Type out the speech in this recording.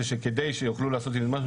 זה שכדי שיוכלו לעשות עם זה משהו,